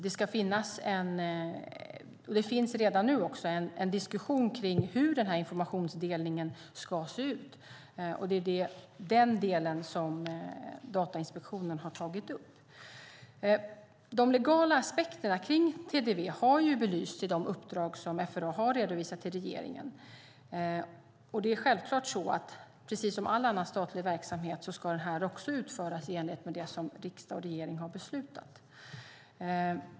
Det ska föras och förs redan en diskussion om hur denna informationsdelning ska se ut. Det är den delen som Datainspektionen har tagit upp. De legala aspekterna på TDV har belysts i de uppdrag som FRA har redovisat till regeringen. Precis som all annan statlig verksamhet ska denna också utföras i enlighet med det som riksdag och regering har beslutat.